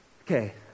Okay